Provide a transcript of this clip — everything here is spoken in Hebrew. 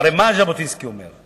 הרי מה ז'בוטינסקי אומר?